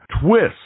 Twist